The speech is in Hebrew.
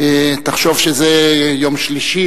תחשוב שזה יום שלישי,